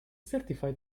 certified